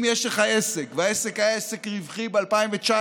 אם יש לך עסק, והעסק היה עסק רווחי ב-2019,